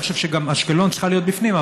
אני חושב שגם אשקלון צריכה להיות בפנים,